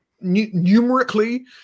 numerically